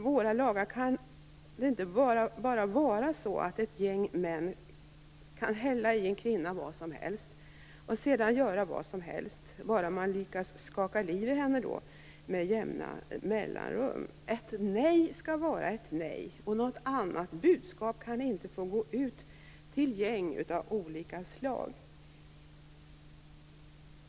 Våra lagar kan inte vara sådana att ett gäng män kan hälla i en kvinna vad som helst, och sedan göra vad som helst bara de lyckas skaka liv i henne med jämna mellanrum. Ett nej skall vara ett nej. Något annat budskap kan inte få gå ut till gäng av olika slag.